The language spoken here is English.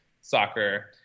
soccer